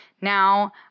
Now